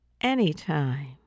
anytime